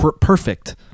perfect